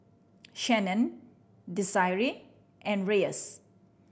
Shannan Desirae and Reyes